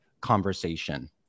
conversation